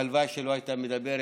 והלוואי שלא הייתה מדברת.